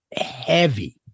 heavy